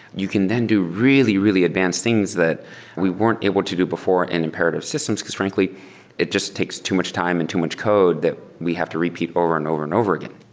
you can then do really, really advanced things that we weren't able to do before in and imperative systems, because frankly it just takes too much time and too much code that we have to repeat over and over and over again.